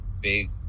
big